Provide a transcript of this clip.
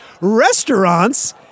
restaurants